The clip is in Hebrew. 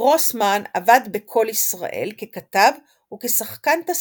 גרוסמן עבד ב"קול ישראל" ככתב וכשחקן תסכיתים,